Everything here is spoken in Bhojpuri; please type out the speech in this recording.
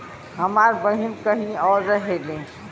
हमार बहिन कहीं और रहेली